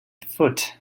foot